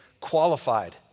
Qualified